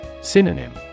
Synonym